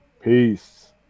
Peace